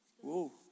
whoa